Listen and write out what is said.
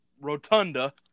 rotunda